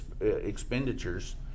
expenditures